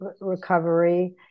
recovery